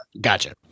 Gotcha